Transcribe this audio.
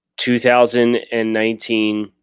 2019